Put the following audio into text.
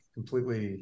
completely